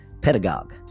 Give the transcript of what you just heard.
Pedagogue